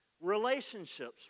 Relationships